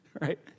right